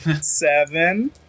Seven